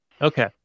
Okay